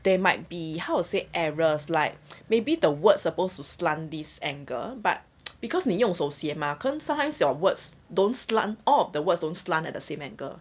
there might be how to say errors like maybe the word supposed to slant this angle but because 你用手写 mah sometimes your words don't slant all of the words don't slant at the same angle